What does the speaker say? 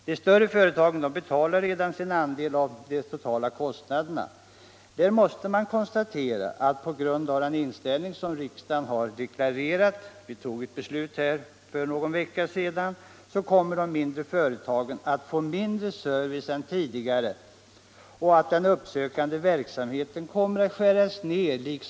De större företagen betalar redan sin andel av de totala kostnaderna. Där måste man konstatera att på grund av den inställning som riksdagen har deklarerat — vi fattade ett beslut här för någon vecka sedan - kommer de mindre företagen att få en mindre service än tidigare. Den uppsökande verksamheten kommer att skäras ner.